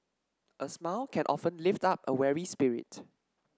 a smile can often lift up a weary spirit